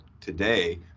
today